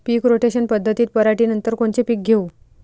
पीक rotation पद्धतीत पराटीनंतर कोनचे पीक घेऊ?